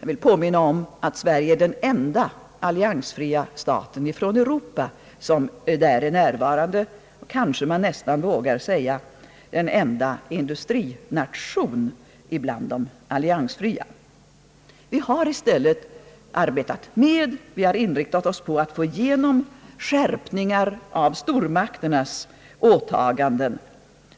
Jag vill påminna om att Sverige är den enda alliansfria staten från Europa som där är närvarande — kanske man nästan vågar säga den enda industrinationen bland de alliansfria. Vi har i stället arbetat med och inriktat oss på att få igenom skärpningar av stormakternas åtaganden,